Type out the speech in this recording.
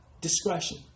Discretion